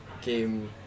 game